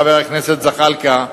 חבר הכנסת זחאלקה,